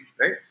right